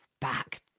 back